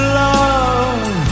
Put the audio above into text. love